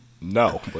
No